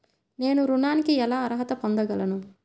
నేను ఋణానికి ఎలా అర్హత పొందగలను?